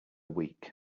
week